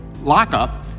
lockup